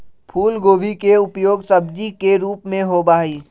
फूलगोभी के उपयोग सब्जी के रूप में होबा हई